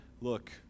look